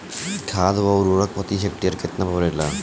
खाद व उर्वरक प्रति हेक्टेयर केतना परेला?